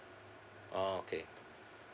oh okay